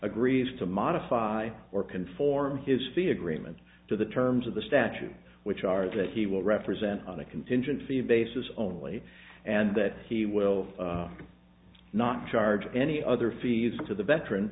agrees to modify or conform his fee agreement to the terms of the statute which are that he will represent on a contingent fee basis only and that he will not charge any other fees to the veteran